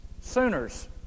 Sooners